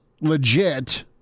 legit